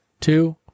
two